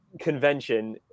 convention